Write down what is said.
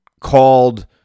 called